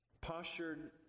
postured